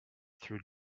through